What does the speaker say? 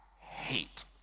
hate